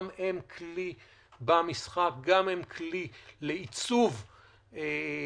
גם הן כלי במשחק, גם הן כלי לעיצוב תוצאות